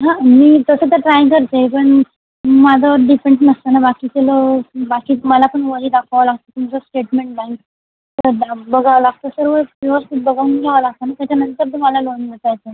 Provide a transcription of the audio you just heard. हा मी तसं तर ट्राय करते पण माझ्यावर डिपेंड नसते ना बाकीचे लोक बाकी मला पण वही दाखवायला लागते ना सर स्टेटमेंट बँक बघावं लागतं सर्व व्यवस्थित बघून घ्यावं लागतं नं त्याच्यानंतर तुम्हाला लोन भेटेल सर